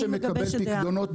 כיום מי שמקבל פיקדונות,